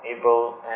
able